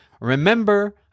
Remember